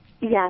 Yes